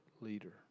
leader